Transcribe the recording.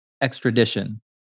extradition